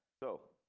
so.